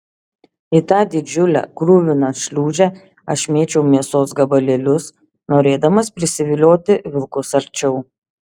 į tą didžiulę kruviną šliūžę aš mėčiau mėsos gabalėlius norėdamas prisivilioti vilkus arčiau